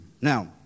Now